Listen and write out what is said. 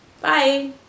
Bye